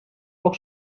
auch